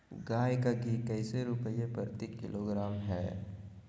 गाय का घी कैसे रुपए प्रति किलोग्राम है?